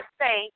say